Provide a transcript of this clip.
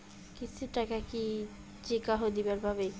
কিস্তির টাকা কি যেকাহো দিবার পাবে?